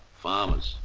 farmers,